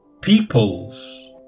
peoples